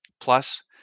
Plus